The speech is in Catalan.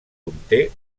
conté